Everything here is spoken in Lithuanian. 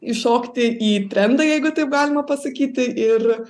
įšokti į trendą jeigu taip galima pasakyti ir